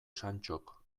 santxok